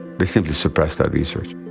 they simply suppressed that research.